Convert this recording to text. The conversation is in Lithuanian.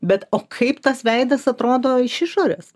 bet o kaip tas veidas atrodo iš išorės